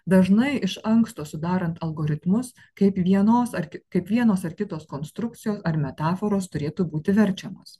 dažnai iš anksto sudarant algoritmus kaip vienos ar kaip vienos ar kitos konstrukcijos ar metaforos turėtų būti verčiamos